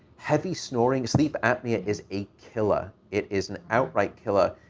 heavy snoring sleep apnea is a killer. it is an outright killer.